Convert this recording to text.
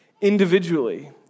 individually